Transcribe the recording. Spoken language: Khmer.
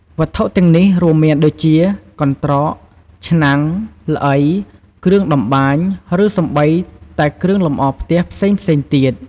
វត្ថុទាំងនេះរួមមានដូចជា កន្ត្រក ឆ្នាំង ល្អី គ្រឿងតម្បាញ ឬសូម្បីតែ គ្រឿងលម្អផ្ទះ ផ្សេងៗទៀត។